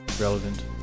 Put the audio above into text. Relevant